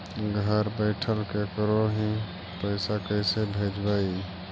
घर बैठल केकरो ही पैसा कैसे भेजबइ?